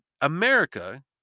America